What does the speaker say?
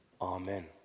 Amen